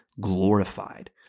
glorified